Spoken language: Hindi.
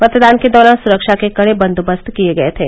मतदान के दौरान सुरक्षा के कड़े बंदोबस्त किये गये थे